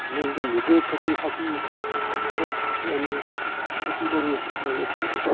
আমি যদি নিজে খেতি থাকিও পথাৰত যদি আমি খেতি কৰোঁ তেতিয়াহ'লে ভাল হয়